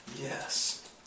Yes